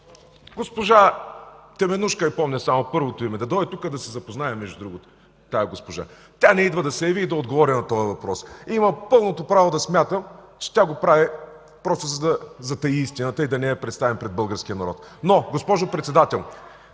Госпожа Теменужка – помня й само първото име – да дойде тук да се запознаем, между другото, с тази госпожа. Тя не идва да се яви и да отговори на този въпрос. Имам пълното право да смятам, че тя го прави просто, за да затаи истината и да не я представи пред българския народ. Госпожо Председател,